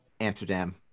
Amsterdam